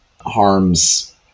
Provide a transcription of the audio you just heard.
harms